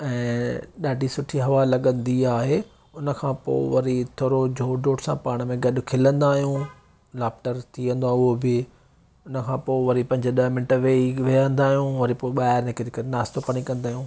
ऐं ॾाढी सुठी हवा लॻंदी आहे उन खां पोइ वरी थोरो ज़ोर ज़ोर सां पाण में गॾु खिलंदा आहियूं लाफ्टर थी वेंदो आहे उहा बि उन खां पोइ वरी पंज ॾह मिंट वेही विहंदा आहियूं वरी पोइ ॿाहिरि निकिरी करे नाश्तो पाणी कंदा आहियूं